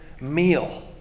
meal